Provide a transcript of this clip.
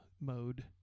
Mode